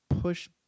push